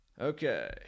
Okay